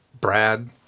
Brad